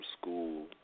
school